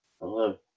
Hello